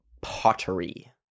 pottery